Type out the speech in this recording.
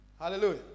Hallelujah